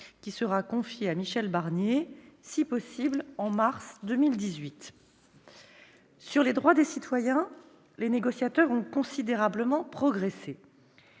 qui sera confié à Michel Barnier, si possible en mars 2018. Sur les droits des citoyens, les négociateurs ont considérablement progressé.